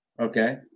Okay